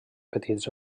petits